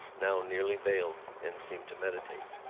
now nearly veiled, and seemed to meditate.